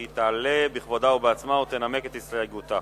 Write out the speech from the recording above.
היא תעלה בכבודה ובעצמה ותנמק את הסתייגותה.